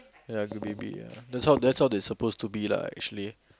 ya good baby ah that's all that's all they're supposed to be lah actually